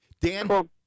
Dan